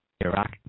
Iraq